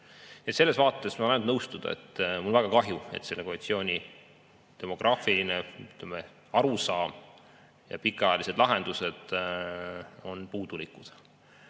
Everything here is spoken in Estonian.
Selles vaates ma saan ainult nõustuda. Mul on väga kahju, et selle koalitsiooni demograafiline arusaam ja pikaajalised lahendused on puudulikud.